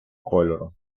кольору